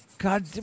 God